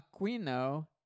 Aquino